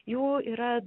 jų yra